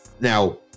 Now